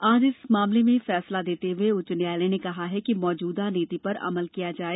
आज इस मामले में फैसला देते उच्च न्यायालय ने कहा कि मौजूदा नीति पर अमल किया जाये